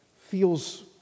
feels